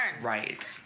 Right